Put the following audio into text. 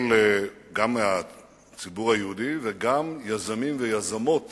גם של הציבור היהודי וגם יזמים ויזמות